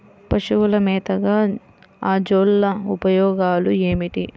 పశువుల మేతగా అజొల్ల ఉపయోగాలు ఏమిటి?